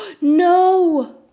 No